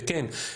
וכן,